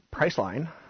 Priceline